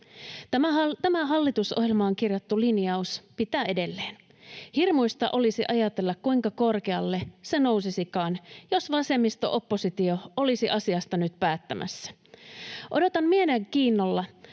Tämä hallitusohjelmaan kirjattu linjaus pitää edelleen. Hirmuista olisi ajatella, kuinka korkealle se nousisikaan, jos vasemmisto-oppositio olisi asiasta nyt päättämässä. Odotan mielenkiinnolla